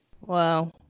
Wow